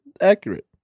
accurate